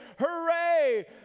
hooray